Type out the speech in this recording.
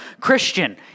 Christian